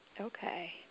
Okay